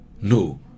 No